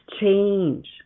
change